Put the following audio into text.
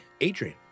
Adrian